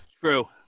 true